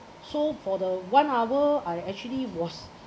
so for the one hour I actually was